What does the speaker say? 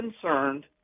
concerned